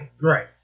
Right